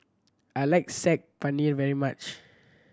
I like Saag Paneer very much